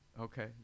okay